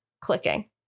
clicking